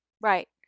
Right